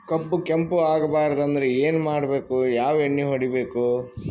APMC ಯೊಳಗ ಏನ್ ಖರೀದಿದ ಮಾಡ್ಬೇಕು?